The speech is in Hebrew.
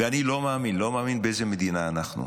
ואני לא מאמין, לא מאמין באיזו מדינה אנחנו.